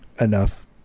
enough